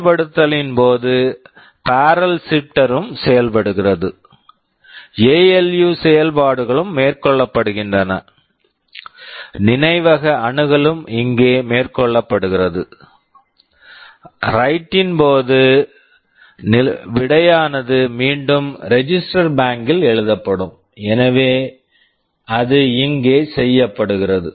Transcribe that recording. செயல் படுத்தலின் போது பாரல் ஷிப்ட்டர் barrel shifter ம் செயல்படுகிறது எஎல்யு ALU செயல்பாடுகளும் மேற்கொள்ளப்படுகின்றன நினைவக அணுகலும் இங்கே மேற்கொள்ளப்படுகிறது வ்ரைட் write -ன் போது விடையானது மீண்டும் ரெஜிஸ்டர் பேங்க் register bank ல் எழுதப்படும் எனவே அது இங்கே செய்யப்படுகிறது